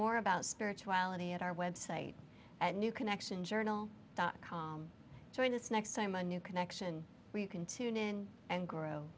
more about spirituality at our website at new connection journal dot com join us next time a new connection where you can tune in and grow